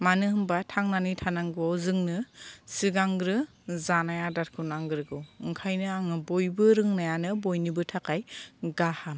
मानो होनब्ला थांनानै थानांगौआव जोंनो सिगांग्रो जानाय आदारखौ नांग्रोगौ ओंखायनो आङो बयबो रोंनायानो बयनिबो थाखाय गाहाम